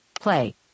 Play